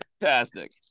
fantastic